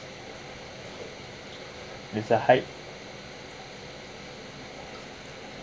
it's a high